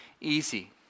easy